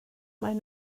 maen